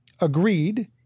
agreed